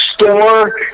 store